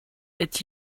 est